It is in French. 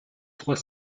trois